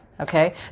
Okay